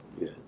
Yes